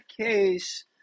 case